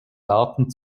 daten